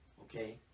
okay